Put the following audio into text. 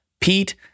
Pete